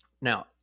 Now